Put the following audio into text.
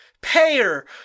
Payer